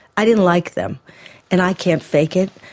i didn't like them and i can't fake it,